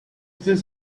this